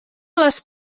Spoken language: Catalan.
les